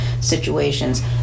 situations